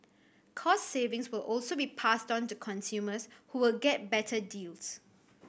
cost savings will also be passed onto consumers who will get better deals